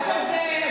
גם על זה,